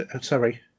sorry